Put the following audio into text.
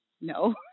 No